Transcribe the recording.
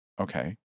Okay